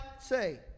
say